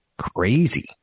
crazy